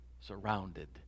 surrounded